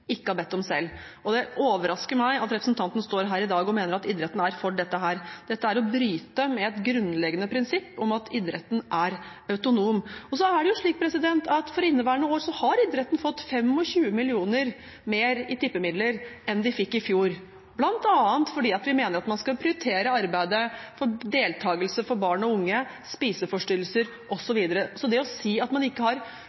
ikke har bedt om selv. Det overrasker meg at representanten står her i dag og mener at idretten er for dette. Dette er å bryte med et grunnleggende prinsipp om at idretten er autonom. Så er det slik at for inneværende år har idretten fått 25 mill. kr mer i tippemidler enn den fikk i fjor, bl.a. fordi vi mener at man skal prioritere arbeidet for deltakelse for barn og unge, spiseforstyrrelser, osv. Så selv om man ikke har